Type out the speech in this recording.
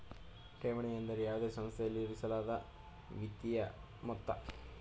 ಠೇವಣಿ ಎಂದರೆ ಯಾವುದೇ ಸಂಸ್ಥೆಯಲ್ಲಿ ಇರಿಸಲಾದ ವಿತ್ತೀಯ ಮೊತ್ತ